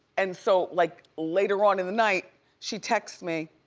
and so, like, later on in the night she text me,